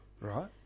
Right